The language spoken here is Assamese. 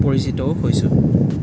পৰিচিতও হৈছোঁ